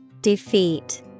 Defeat